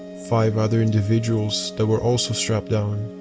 five other individuals that were also strapped down.